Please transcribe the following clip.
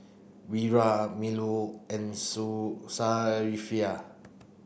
Wira Melur and Su Safiya